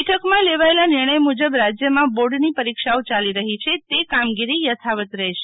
બેઠકમાં લેવાયેલા નિર્ણય મુજબ રાજયમાં બોર્ડ ની પરીક્ષાઓ ચાલી રહી છે તે કામગીરી યથાવત રહેશે